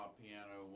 piano